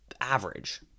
average